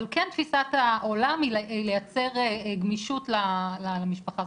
אבל כן תפיסת העולם, היא לייצר גמישות למשפחה.